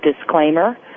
disclaimer